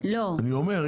אני אומר,